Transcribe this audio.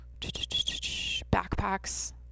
backpacks